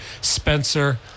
Spencer